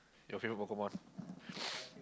your favorite Pokemon